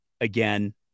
again